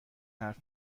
حرف